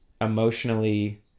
emotionally